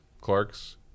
Clarks